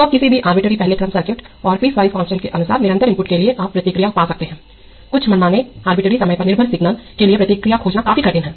तो अब किसी भी अरबिटरी पहले क्रम सर्किट औरपिस वाइज कांस्टेंट के अनुसार निरंतर इनपुट के लिए आप प्रतिक्रिया पा सकते हैं कुछ मनमानेअरबिटरी समय पर निर्भर सिग्नल के लिए प्रतिक्रिया खोजना काफी कठिन है